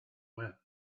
when